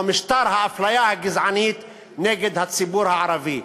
משטר האפליה הגזענית נגד הציבור הערבי.